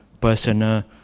personal